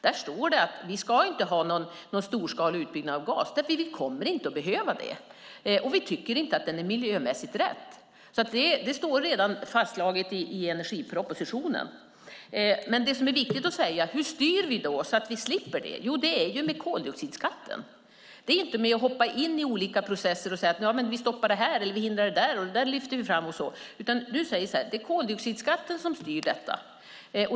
Där står det att vi inte ska ha någon storskalig utbyggnad av gas eftersom vi inte kommer att behöva det och inte tycker att den är miljömässigt rätt. Det står redan fastslaget i energipropositionen. Hur styr vi då så att vi slipper det? Det är med koldioxidskatten. Det är inte genom att hoppa in i olika processer och säga: Vi stoppar detta, vi hindrar detta och vi lyfter fram detta. Vi säger: Det är koldioxidskatten som styr detta.